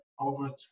over